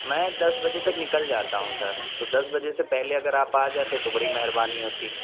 میں دس بجے تک نکل جاتا ہوں سر تو دس بجے سے پہلے اگر آپ آ جاتے تو بڑی مہربانی ہوتی